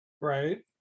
right